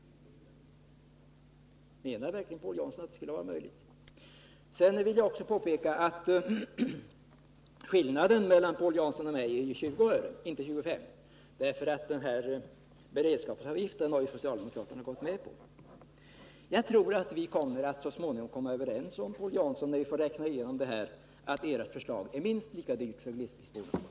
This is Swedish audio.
Menar verkligen Paul Jansson att det skulle vara möjligt? Jag vill också påpeka att skillnaden mellan Paul Jansson och mig är 20 öre, inte 25; beredskapsavgiften har ju socialdemokraterna gått med på. Jag tror att vi två så småningom, när vi får räkna igenom det här, kommer överens om att ert förslag-är minst lika dyrt för glesbygdsborna.